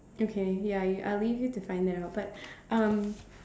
okay ya I will leave you to find that out but um